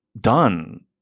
done